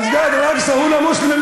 מסגד אל-אקצא הוא למוסלמים,